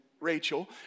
Rachel